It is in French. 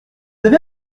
avez